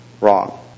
wrong